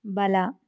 ಬಲ